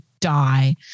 die